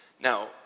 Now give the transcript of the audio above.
Now